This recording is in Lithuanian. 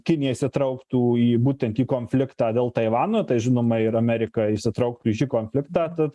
kinija įsitrauktų į būtent į konfliktą dėl taivano tai žinoma ir amerika įsitrauktų į šį konfliktą tad